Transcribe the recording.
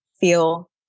feel